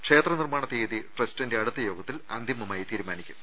ക്ഷേത്ര നിർമ്മാണ തീയതി ട്രസ്റ്റിന്റെ അടുത്ത യോഗത്തിൽ അന്തിമമായി തീരു മാനിക്കും